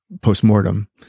post-mortem